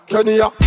Kenya